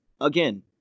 again